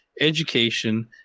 education